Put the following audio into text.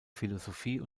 philosophie